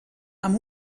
amb